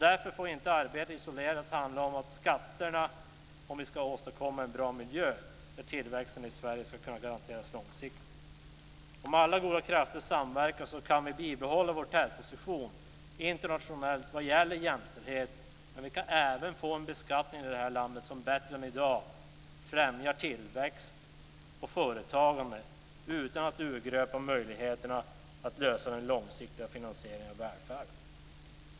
Därför får inte arbetet isolerat handla om skatter ifall vi ska åstadkomma en bra miljö där tillväxten i Sverige kan garanteras långsiktigt. Om alla goda krafter samverkar kan vi bibehålla vår tätposition internationellt vad gäller jämställdheten. Vi kan även få en beskattning i det här landet som bättre än i dag främjar tillväxt och företagande utan att möjligheterna att lösa den långsiktiga finansieringen av välfärden urgröps.